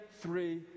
three